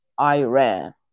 Iran